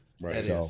Right